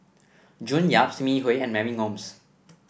June Yap Sim Yi Hui and Mary Gomes